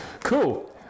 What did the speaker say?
cool